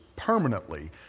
Permanently